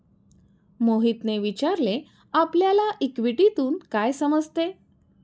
मोहितने विचारले आपल्याला इक्विटीतून काय समजते?